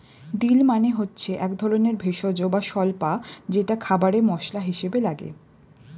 deal মানে হচ্ছে একধরনের ভেষজ বা স্বল্পা যেটা খাবারে মসলা হিসেবে লাগে